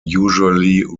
usually